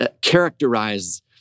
characterize